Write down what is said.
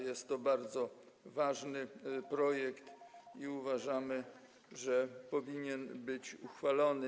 Jest to bardzo ważny projekt i uważamy, że powinien być uchwalony.